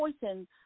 poison